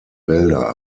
wälder